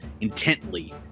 intently